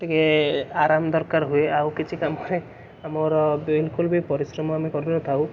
ଟିକେ ଆରାମ ଦରକାର ହୁଏ ଆଉ କିଛି କାମ ପାଇଁ ଆମର ବିଲକୁଲ ବି ପରିଶ୍ରମ ଆମେ କରି ନ ଥାଉ